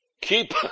Keep